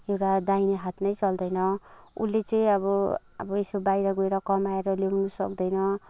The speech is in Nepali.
एउटा दाहिने हात नै चल्दैन उसले चाहिँ अब यसो बाहिर गएर कमाएर ल्याउन सक्दैन